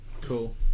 cool